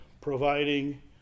providing